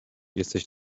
jesteś